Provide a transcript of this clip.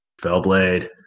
Fellblade